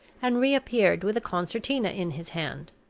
and reappeared with a concertina in his hand.